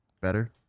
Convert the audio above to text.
better